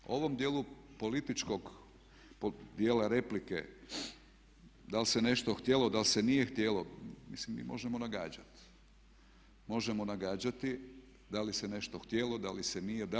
U ovom dijelu političkog dijela replike da li se nešto htjelo, da li se nije htjelo mislim mi možemo nagađati, možemo nagađati da li se nešto htjelo, da li se nije.